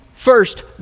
First